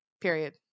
Period